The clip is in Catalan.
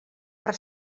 per